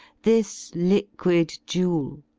this liquid jewel.